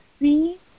see